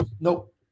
Nope